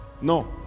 No